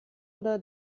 oder